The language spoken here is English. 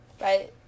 Right